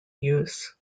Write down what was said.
use